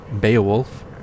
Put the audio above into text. Beowulf